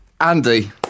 Andy